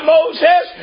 Moses